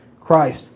Christ